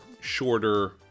shorter